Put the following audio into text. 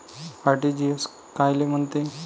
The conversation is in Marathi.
आर.टी.जी.एस कायले म्हनते?